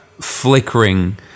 Flickering